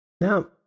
Now